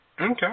Okay